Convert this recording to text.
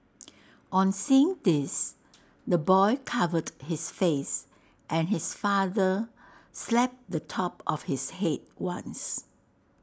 on seeing this the boy covered his face and his father slapped the top of his Head once